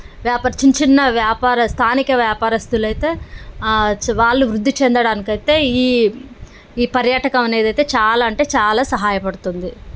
వ్యాపార చిన్న చిన్న వ్యాపార స్థానిక వ్యాపారస్తులయితే వాళ్ళు వృద్ధి చెందడానికి అయితే ఈ ఈ పర్యాటకం అనేది అయితే చాలా అంటే చాలా సహాయపడుతుంది